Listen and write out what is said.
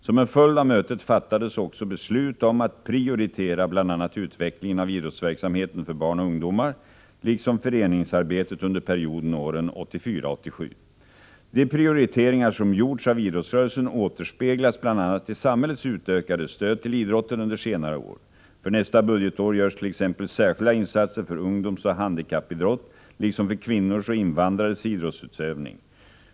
Som en följd av mötet fattades Måndagen den också beslut om att prioritera bl.a. utvecklingen av idrottsverksamheten för 20 maj 1985 barn och ungdomar liksom föreningsarbetet under perioden åren 1984-1987. De prioriteringar som gjorts av idrottsrörelsen återspeglas bl.a. i samhällets Om åtgärder för att utökade stöd till I8Eo ren under Senare år. För nästa budgetår görs t-ex.:= stimulera ungsärskilda insatser för ungdomsoch handikappidrott liksom för kvinnors och dömens idrottsut: invandrares idrottsutövning.